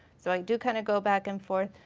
so i do kind of go back and forth.